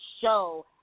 show